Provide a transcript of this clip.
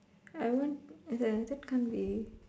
I want the that can't be